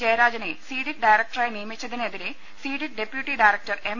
ജയരാജിനെ CDIT ഡയറക്ടറായി നിയമിച്ചതിനെതിരെ CDIT deputy director M